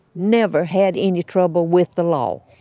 never had any trouble with the law